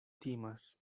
timas